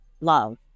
love